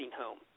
home